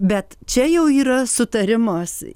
bet čia jau yra sutarimas